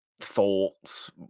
thoughts